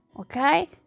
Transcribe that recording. okay